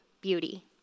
beauty